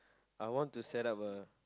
I want to set up a